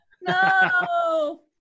No